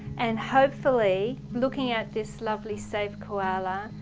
and hopefully, looking at this lovely safe koala,